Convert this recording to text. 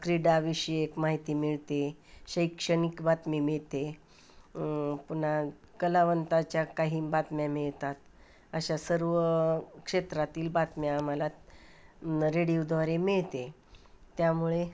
क्रीडाविषयक माहिती मिळते आहे शैक्षणिक बातमी मिळते आहे पुन्हा कलावंतांच्या काही बातम्या मिळतात अशा सर्व क्षेत्रांतील बातम्या आम्हाला रेडिओद्वारे मिळते आहे त्यामुळे